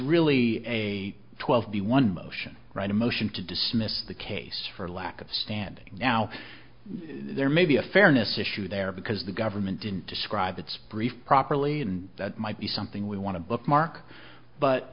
really a twelve b one motion right a motion to dismiss the case for lack of standing now there may be a fairness issue there because the government didn't describe its brief properly and that might be something we want to bookmark but